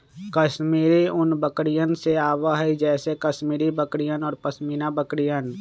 कश्मीरी ऊन बकरियन से आवा हई जैसे कश्मीरी बकरियन और पश्मीना बकरियन